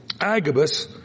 Agabus